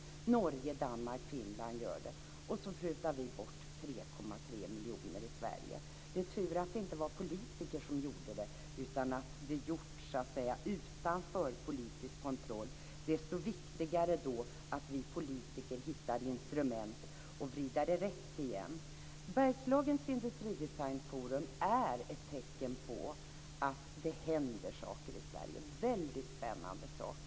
I Norge, Danmark och Finland gör man också det. Och så prutar vi bort 3,3 miljoner i Sverige. Det är tur att det inte var politiker som gjorde det utan att det gjordes så att säga utanför politisk kontroll. Desto viktigare är det då att vi politiker hittar instrument att vrida det rätt igen. Bergslagens Industridesignforum är ett tecken på att det händer saker i Sverige, väldigt spännande saker.